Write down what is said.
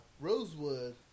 Rosewood